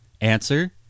Answer